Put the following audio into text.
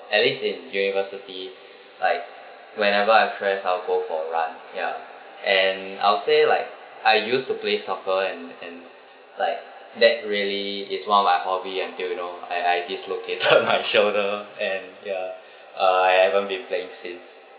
at least in university like whenever I'm stress I'll go for run ya and I'll say like I used to play soccer and and like that really is one of my hobby until you know I I dislocated my shoulder and ya uh I haven't been playing since